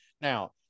Now